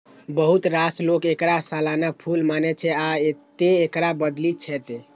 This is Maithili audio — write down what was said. बहुत रास लोक एकरा सालाना फूल मानै छै, आ तें एकरा बदलि दै छै